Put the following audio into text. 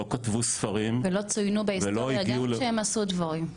לא כתבו ספרים --- ולא צוינו בהיסטוריה גם כשהן עשו דברים.